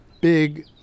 big